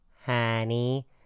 Honey